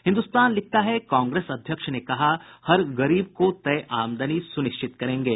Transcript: हिन्दुस्तान लिखता है कांग्रेस अध्यक्ष ने कहा हर गरीब को तय आमदनी सुनिश्चित करेंगे